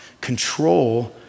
control